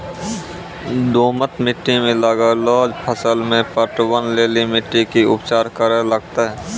दोमट मिट्टी मे लागलो फसल मे पटवन लेली मिट्टी के की उपचार करे लगते?